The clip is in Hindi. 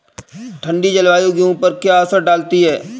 ठंडी जलवायु गेहूँ पर क्या असर डालती है?